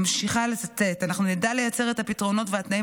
ממשיכה לצטט: "אנחנו נדע לייצר את הפתרונות והתנאים